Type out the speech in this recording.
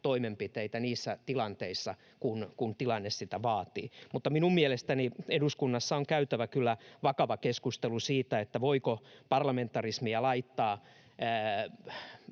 toimenpiteitä niissä tilanteissa, joissa tilanne sitä vaatii. Mutta minun mielestäni eduskunnassa on käytävä kyllä vakava keskustelu siitä, voiko parlamentarismia laittaa